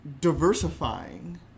diversifying